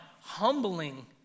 humbling